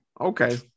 Okay